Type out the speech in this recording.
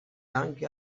anche